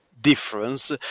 difference